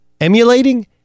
emulating